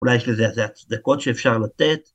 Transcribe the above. ‫אולי יש לזה הצדקות שאפשר לתת.